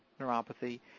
neuropathy